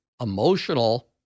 emotional